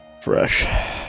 fresh